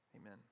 Amen